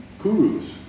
Kuru's